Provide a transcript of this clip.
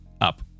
up